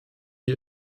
wir